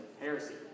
Heresy